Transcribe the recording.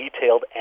detailed